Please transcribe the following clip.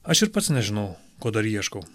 aš ir pats nežinau ko dar ieškau